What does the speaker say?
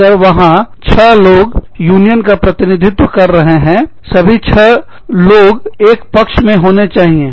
अगर वहां छह लोग यूनियन का प्रतिनिधित्व कर रहे हैं सभी छह लोग एक पक्ष में होने चाहिए